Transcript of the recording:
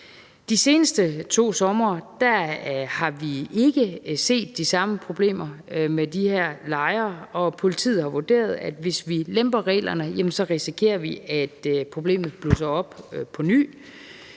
De seneste to somre har vi ikke set de samme problemer med de her lejre, og politiet har vurderet, at hvis vi lemper reglerne, risikerer vi, at problemet blusser op på ny.